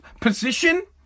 position